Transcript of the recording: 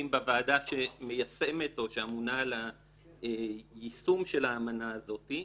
בוועדה שמיישמת או שאמונה על היישום של האמנה הזאת.